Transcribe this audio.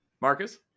marcus